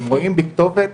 הם רואים בי כתובת,